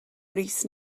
brys